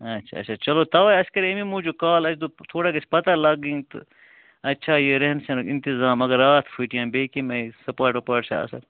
اچھا اچھا چلو تَوَے اَسہِ کریوٚو تمَے موٗجوٗب کال آسہِ دوٚپ تھوڑا گژھِ پَتاہ لگٕنۍ تہٕ اَتہِ چھا یہِ رہن سہنُک اِنتظام اگر راتھ پھُٹہِ یا بیٚیہِ کمہِ آیہِ سُپاٹ وُپاوٹ چھا اَصٕل